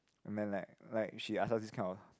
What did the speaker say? and then like like she ask us this kind of